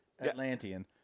Atlantean